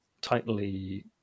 tightly